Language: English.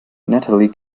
natalie